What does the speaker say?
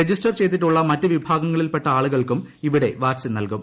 register ചെയ്തിട്ടുള്ള മറ്റു പ്പിഭാഗങ്ങളിൽപെട്ട ആളുകൾക്കും ഇവിടെ വാക്സിൻ ന്റൽകും